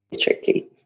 Tricky